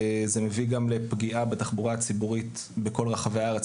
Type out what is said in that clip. זה גם מוביל לפגיעה בתחבורה הציבורית בכל רחבי הארץ,